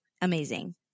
amazing